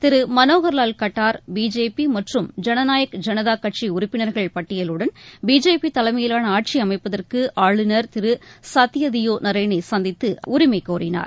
திரு Manohar Lal Khattar BJP மற்றும் ஜனநாயக் ஜனதாகட்சி உறுப்பினர்கள் பட்டியலுடன் பிஜேபி தலைமையிலான ஆட்சி அமைப்பதற்கு ஆளுநர் திரு சத்தியதியோ நரேனை சந்தித்து ஆட்சி அமைக்க உரிமைக்கோரினார்